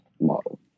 model